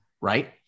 right